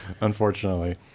unfortunately